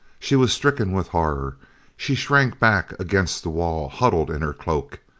she was stricken with horror she shrank back against the wall, huddled in her cloak.